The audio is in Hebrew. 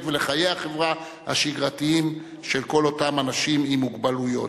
ולחיי החברה השגרתיים של כל אותם אנשים עם מוגבלויות.